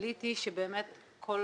גיליתי שבאמת כל